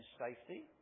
safety